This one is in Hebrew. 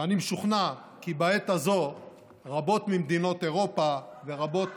ואני משוכנע כי בעת הזאת רבות ממדינות אירופה ורבות